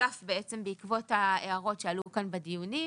הוסף בעקבות ההערות שעלו כאן בדיונים.